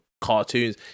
cartoons